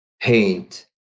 paint